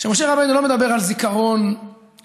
שמשה רבנו לא מדבר על זיכרון טכני,